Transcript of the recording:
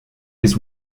his